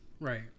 Right